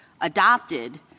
adopted